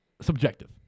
subjective